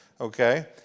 okay